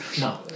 No